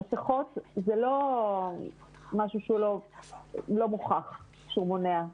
המסכות זה לא משהו שהוא לא מוכח שהוא מונע.